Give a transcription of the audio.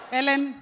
Ellen